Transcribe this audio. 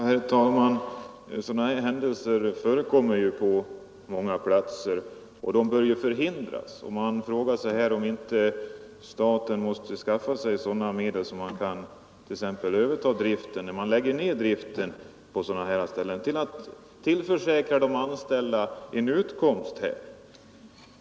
Herr talman! Sådana här händelser förekommer på många platser, och de bör förhindras. Man frågar sig om inte staten måste skaffa sig sådana medel att den kan överta driften, när man hotar att lägga ned den, för att tillförsäkra de anställda en utgångspunkt.